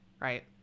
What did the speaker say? right